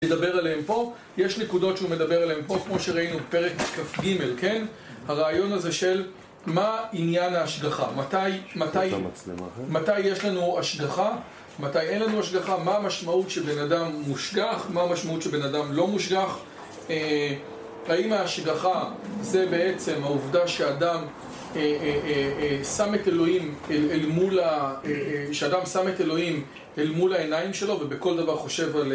נדבר עליהם פה, יש נקודות שהוא מדבר עליהם פה, כמו שראינו, פרק כ"ג, כן? הרעיון הזה של מה עניין ההשגחה? מתי יש לנו השגחה? מתי אין לנו השגחה? מה המשמעות שבן אדם מושגח? מה המשמעות שבן אדם לא מושגח? האם ההשגחה זה בעצם העובדה שאדם שם את אלוהים אל מול העיניים שלו ובכל דבר חושב על...